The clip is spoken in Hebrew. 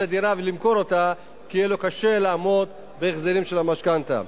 הדירה ולמכור אותה כי יהיה לו קשה לעמוד בהחזרים של המשכנתה.